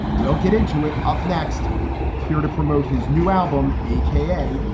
we'll get into it. up next here to promote his new album, a k a.